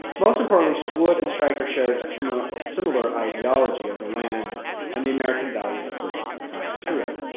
most importantly, so wood and stryker shared a similar similar ideology of the land and the american values so so assigned to it.